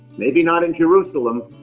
maybe not in jerusalem,